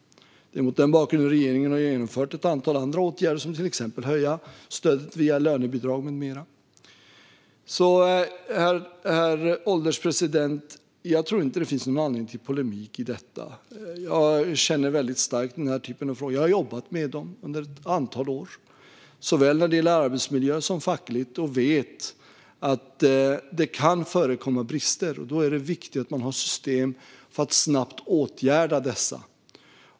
Det är mot den bakgrunden regeringen har vidtagit ett antal andra åtgärder, till exempel att höja stödet via lönebidrag. Herr ålderspresident! Jag tror inte att det finns någon anledning till polemik i detta. Jag känner starkt för den här typen av frågor. Jag har jobbat med dem under ett antal år såväl när det gäller arbetsmiljö som fackligt, och jag vet att det kan förekomma brister. Då är det viktigt att man har system för att snabbt åtgärda dessa.